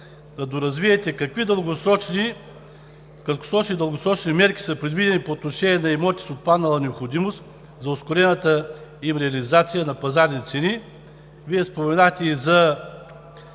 да доразвиете какви краткосрочни и дългосрочни мерки са предвидени по отношение на имоти с отпаднала необходимост за ускорената им реализация на пазарни цени? Вие споменахте и за